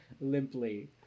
limply